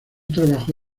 trabajó